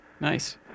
Nice